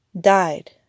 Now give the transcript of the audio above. died